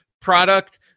product